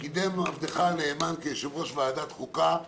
קידם עבדך הנאמן כיושב-ראש ועדת חוקה במודע.